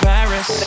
Paris